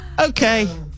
okay